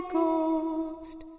Ghost